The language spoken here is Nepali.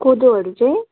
कोदोहरू चाहिँ